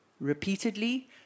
Repeatedly